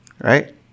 Right